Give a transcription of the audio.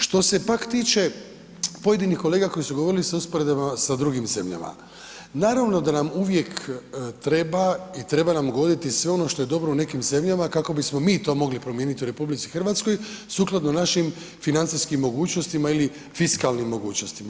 Što se pak tiče pojedinih kolega koji su govorili sa usporedbama sa drugim zemljama, naravno da nam uvijek treba i treba nam goditi sve ono što je dobro u nekim zemljama kako bismo mi to mogli promijenit u RH sukladno našim financijskim mogućnostima ili fiskalnim mogućnostima.